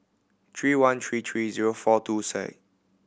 three one three three zero four two